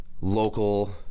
local